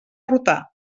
rotar